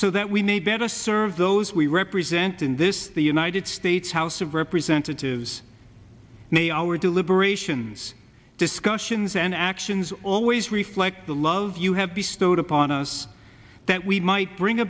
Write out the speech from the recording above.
so that we need better serve those we represent in this the united states house of representatives our deliberations discussions and actions always reflect the love you have bestowed upon us that we might bring